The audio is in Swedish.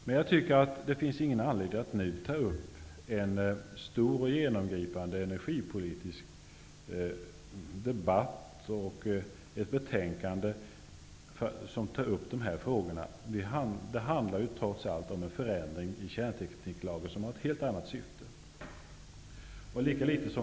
Det finns emellertid ingen anledning att nu ta upp en stor och genomgripande energipolitisk debatt om de frågorna. Det betänkande vi debatterar handlar ju trots allt om en förändring i kärntekniklagen, och syftet är därmed ett helt annat.